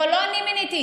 אבל לא אני מיניתי,